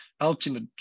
ultimate